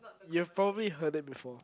you have probably heard it before